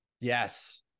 Yes